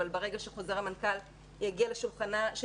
אבל ברגע שחוזר המנכ"ל יגיע לשולחנה של